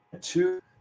two